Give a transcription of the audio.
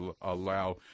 allow